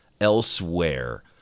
elsewhere